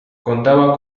contaba